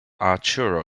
arturo